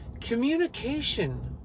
communication